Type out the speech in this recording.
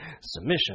submission